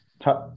Touch